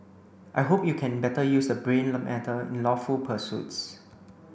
I hope you can better use the brain matter in lawful pursuits